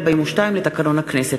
נתקבלה.